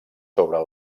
sobre